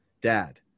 Dad